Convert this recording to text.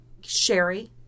Sherry